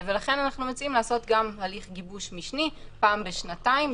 לכן אנחנו מציעים לעשות גם הליך גיבוש משני פעם בשנתיים,